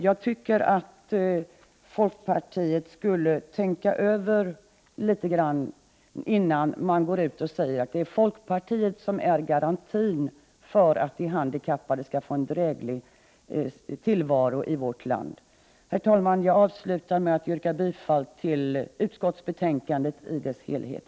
Jag tycker att folkpartiet litet grand skulle tänka över vad som har hänt, innan man går ut och säger att det är folkpartiet som är garanten för att de handikappade skall få en dräglig tillvaro i vårt land. Herr talman! Jag avslutar med att yrka bifall till utskottets hemställan på alla punkter.